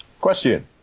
Question